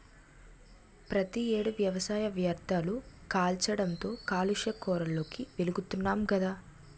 ప్రతి ఏడు వ్యవసాయ వ్యర్ధాలు కాల్చడంతో కాలుష్య కోరల్లోకి వెలుతున్నాం గదా